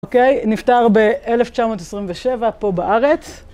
אוקיי? נפטר ב-1927 פה בארץ.